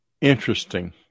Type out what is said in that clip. Interesting